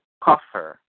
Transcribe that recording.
coffer